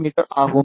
me ஆகும்